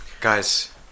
Guys